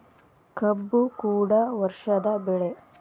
ಕಬ್ಬು ಕೂಡ ವರ್ಷದ ಬೆಳೆ